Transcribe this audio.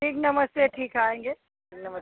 ठीक नमस्ते ठीक आएँगे मैम नमस्ते